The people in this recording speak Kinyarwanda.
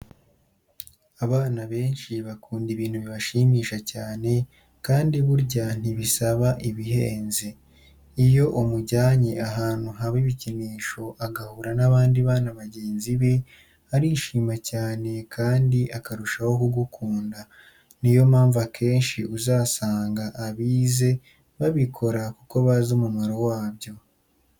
Abana benshi bakunda ibintu bibashimisha cyane kandi burya ntibisaba ibihenze. Iyo umujyanye ahantu haba ibikinisho agahura n'abandi bana bagenzi be, arishima cyane kandi akarushaho kugukunda. Ni yo mpamvu akenshi uzasanga abize babikora kuko bazi umumaro wabyo.